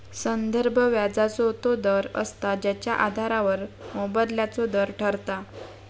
संदर्भ व्याजाचो तो दर असता जेच्या आधारावर मोबदल्याचो दर ठरता